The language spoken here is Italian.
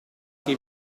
che